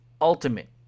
ultimate